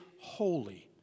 holy